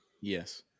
Yes